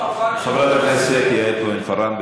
חברת הכנסת יעל כהן-פארן.